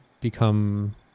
become